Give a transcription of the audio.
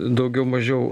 daugiau mažiau